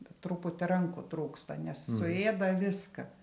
bet truputį rankų trūksta nes suėda viską